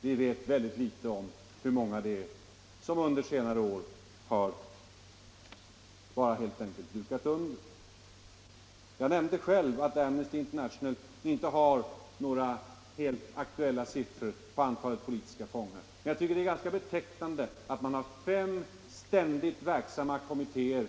Vi vet mycket litet om hur många som under senare år har dukat under. Jag nämnde själv att Amnesty International inte har några helt aktuella siffror på antalet politiska fångar i Ungern. Men jag tycker det är ganska betecknande att man har fem ständigt verksamma kommittéer: